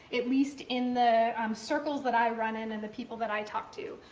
at least in the um circles that i run in, and the people that i talk to.